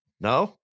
No